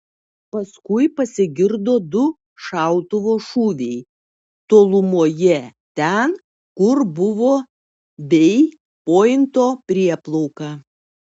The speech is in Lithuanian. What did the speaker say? paskui pasigirdo du šautuvo šūviai tolumoje ten kur buvo bei pointo prieplauka